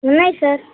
ఉన్నాయి సార్